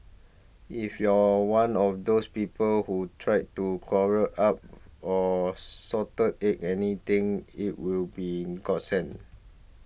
if you're one of those people who tired to quarrel up or Salted Egg anything it will be a godsend